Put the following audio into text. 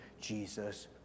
Jesus